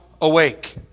awake